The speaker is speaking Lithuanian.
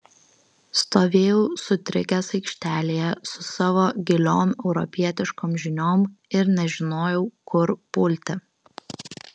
stovėjau sutrikęs aikštelėje su savo giliom europietiškom žiniom ir nežinojau kur pulti